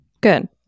Good